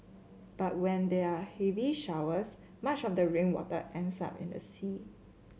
but when there are heavy showers much of the rainwater ends up in the sea